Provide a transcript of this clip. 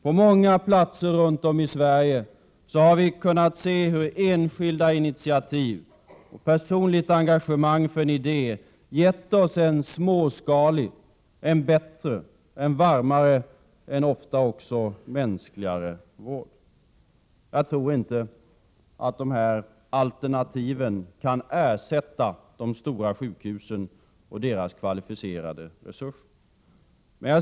På många platser runt om i Sverige har vi kunnat se hur enskilda initiativ till och personligt engagemang för en idé gett oss en småskalig, bättre, varmare och ofta också mänskligare vård. Men jag tror inte att dessa alternativ kan ersätta de stora sjukhusen och deras kvalificerade resurser.